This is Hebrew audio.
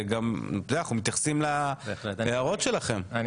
זה גם אנחנו מתייחסים להערות שלכם בהחלט,